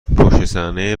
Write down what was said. پشتصحنهی